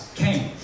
came